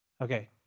Okay